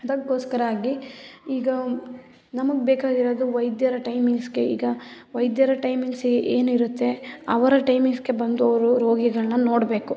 ಅದಕೋಸ್ಕರ ಆಗಿ ಈಗ ನಮ್ಗೆ ಬೇಕಾಗಿರೋದು ವೈದ್ಯರ ಟೈಮಿಂಗ್ಸಿಗೆ ಈಗ ವೈದ್ಯರ ಟೈಮಿಂಗ್ಸ್ ಏನಿರುತ್ತೆ ಅವರ ಟೈಮಿಂಗ್ಸಿಗೆ ಬಂದು ಅವರು ರೋಗಿಗಳನ್ನ ನೋಡಬೇಕು